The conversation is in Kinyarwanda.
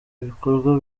ibikorwa